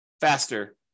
faster